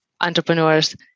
entrepreneurs